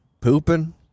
pooping